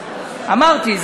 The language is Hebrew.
אמרתי,